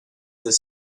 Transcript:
this